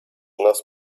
nas